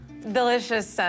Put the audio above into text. Delicious